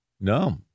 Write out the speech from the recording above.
no